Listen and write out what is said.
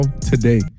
today